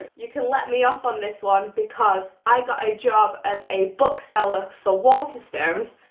you can let me off on this one because i got a job as a bookseller for waterstones.